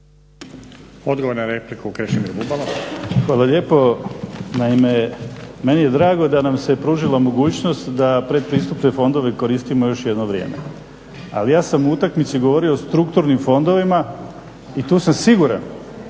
Bubalo. **Bubalo, Krešimir (HDSSB)** Hvala lijepo. Naime, meni je drago da nam se pružila mogućnost da pretpristupne fondove koristimo još jedno vrijeme. Ali ja sam u utakmici govorio o strukturnim fondovima i tu sam siguran